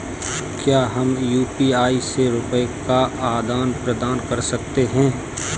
क्या हम यू.पी.आई से रुपये का आदान प्रदान कर सकते हैं?